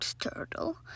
turtle